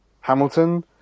Hamilton